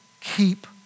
keep